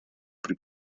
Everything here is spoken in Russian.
при